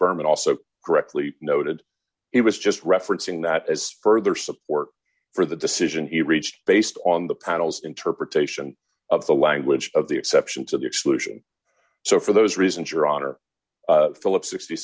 berman also correctly noted he was just referencing that as further support for the decision he reached based on the panel's interpretation of the language of the exception to the exclusion so for those reasons your honor phillips sixty